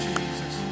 Jesus